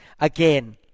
Again